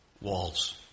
walls